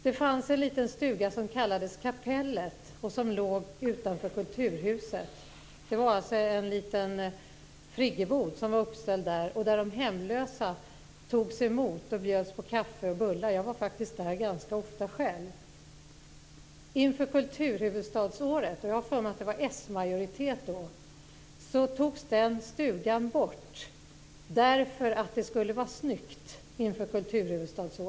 Det fanns en liten stuga som kallades för kapellet och som låg utanför Kulturhuset. Det var alltså en liten friggebod som var uppställd där. Där togs de hemlösa emot och bjöds på kaffe och bullar. Jag var faktiskt där ganska ofta själv. Inför kulturhuvudstadsåret togs den stugan bort därför att det skulle vara snyggt - jag har för mig att det var s-majoritet då.